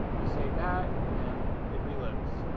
you save that, and then it reloads